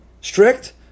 strict